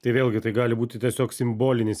tai vėlgi tai gali būti tiesiog simbolinis